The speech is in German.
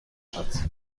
schatz